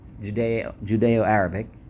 Judeo-Arabic